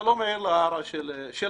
ואתה לא מעיר להערה של המציעה,